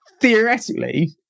theoretically